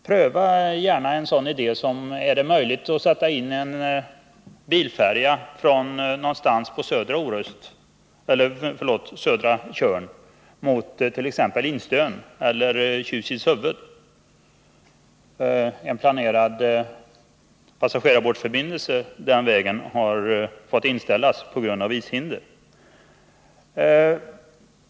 Pröva gärna en sådan idé som att sätta in bilfärja från södra Tjörn mot t.ex. Instön eller Tjurkilshuvud! En planerad passagerarbåtsförbindelse den vägen har fått inställas på grund av ishinder.